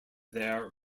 their